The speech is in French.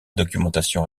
documentation